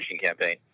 campaign